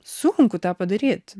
sunku tą padaryt